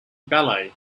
ballet